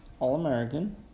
All-American